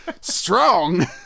Strong